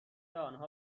آنها